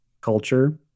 culture